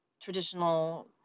traditional